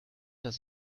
dass